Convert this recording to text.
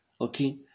Okay